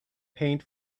paint